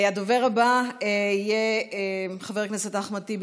הדובר הבא יהיה חבר הכנסת אחמד טיבי,